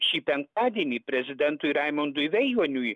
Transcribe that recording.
šį penktadienį prezidentui raimundui vejuoniui